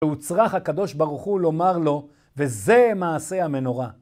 ואוצרח הקדוש ברוך הוא לומר לו, וזה מעשה המנורה.